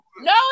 no